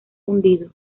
hundido